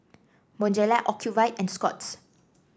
Bonjela Ocuvite and Scott's